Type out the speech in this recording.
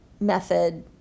method